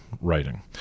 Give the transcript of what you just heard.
writing